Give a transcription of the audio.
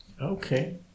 Okay